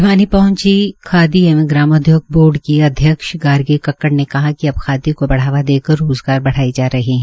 भिवानी पहंची खादी एवं ग्रामोद्योग बोई की अध्यक्ष गार्गी कक्कइ ने कहा कि अब खादी को बढ़ावा देकर रोजगार बढ़ाए जा रहे हैं